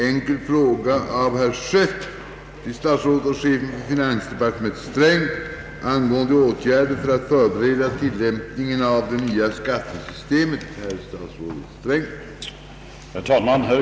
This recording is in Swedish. ”Vill Herr Statsrådet lämna kammaren en redogörelse för de åtgärder, som kommer att vidtagas för att förbereda den praktiska tillämpningen av det nya skattesystem, som träder i kraft den 1 januari 1971?”;